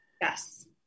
Yes